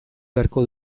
beharko